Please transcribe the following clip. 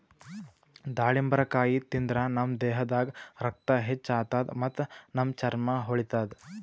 ದಾಳಿಂಬರಕಾಯಿ ತಿಂದ್ರ್ ನಮ್ ದೇಹದಾಗ್ ರಕ್ತ ಹೆಚ್ಚ್ ಆತದ್ ಮತ್ತ್ ನಮ್ ಚರ್ಮಾ ಹೊಳಿತದ್